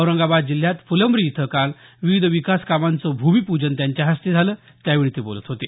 औरंगाबाद जिल्ह्यात फुलंब्री इथं काल विविध विकासकामांचं भूमीपूजन त्यांच्या हस्ते झालं त्यावेळी ते बोलत होते